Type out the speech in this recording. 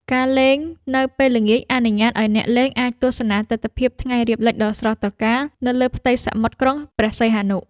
ការលេងនៅពេលល្ងាចអនុញ្ញាតឱ្យអ្នកលេងអាចទស្សនាទិដ្ឋភាពថ្ងៃរៀបលិចដ៏ស្រស់ត្រកាលនៅលើផ្ទៃសមុទ្រក្រុងព្រះសីហនុ។